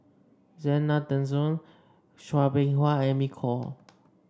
Zena Tessensohn Chua Beng Huat Amy Khor